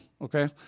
Okay